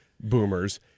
boomers